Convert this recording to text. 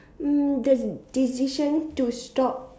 mm the decision to stop